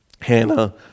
Hannah